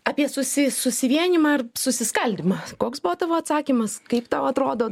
apie susi susivienijimą ar susiskaldymą koks buvo tavo atsakymas kaip tau atrodo